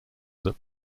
that